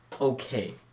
okay